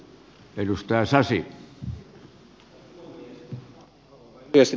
arvoisa puhemies